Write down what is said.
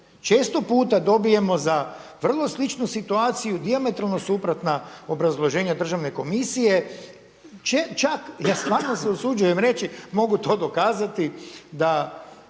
Često puta dobijemo za vrlo sličnu situaciju dijametralno suprotna obrazloženja Državne komisije. Čak ja stvarno se usuđujem reći mogu to dokazati da